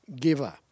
giver